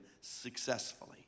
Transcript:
successfully